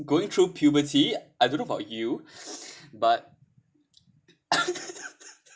going through puberty I don't know about you but